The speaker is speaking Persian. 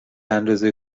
اندازه